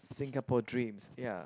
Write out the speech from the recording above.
Singapore dreams ya